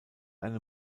eine